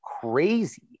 crazy